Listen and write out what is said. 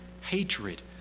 hatred